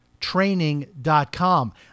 training.com